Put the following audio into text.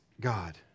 God